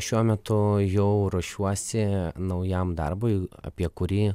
šiuo metu jau ruošiuosi naujam darbui apie kurį